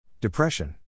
Depression